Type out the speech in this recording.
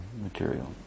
material